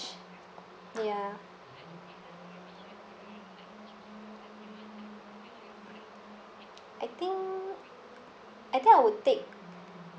ya I think I think I would take